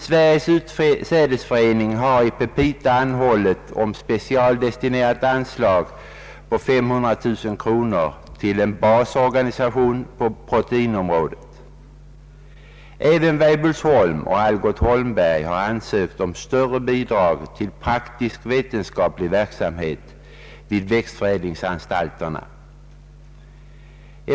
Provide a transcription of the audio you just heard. Sveriges utsädesförening har i petita anhållit om ett specialdestinerat anslag på 500 000 kronor till en basorganisation på proteinområdet. även Weibullsholm och Algot Holmberg har ansökt om större bidrag till praktisk vetenskaplig verksamhet vid växtförädlingsanstalterna.